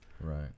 Right